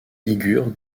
ligure